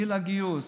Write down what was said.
גיל הגיוס,